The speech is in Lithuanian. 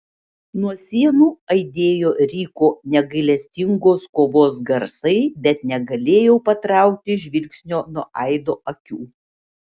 nuo sienų aidėjo ryko negailestingos kovos garsai bet negalėjau patraukti žvilgsnio nuo aido akių